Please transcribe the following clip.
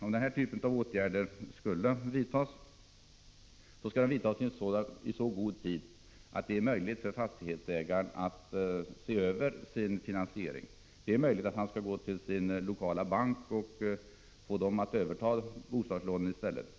Om denna typ av åtgärd skall vidtas, skall den vidtas i så god tid att det är möjligt för fastighetsägaren att se över sin finansiering. Han kanske skall gå till sin lokala bank och få banken att överta bostadslånen.